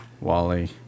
Wally